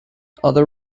other